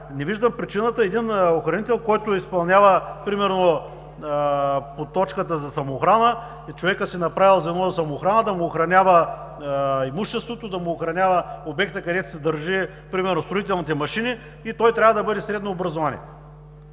Не виждам причината един охранител, който изпълнява, примерно, по точката за самоохрана, човекът си е направил Звено за самоохрана да му охранява имуществото, да му охранява обекта, където си държи примерно строителните машини, и той трябва да бъде със средно образование.